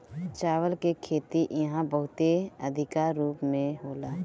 चावल के खेती इहा बहुते अधिका रूप में होला